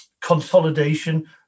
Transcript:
consolidation